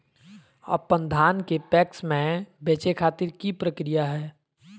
अपन धान के पैक्स मैं बेचे खातिर की प्रक्रिया हय?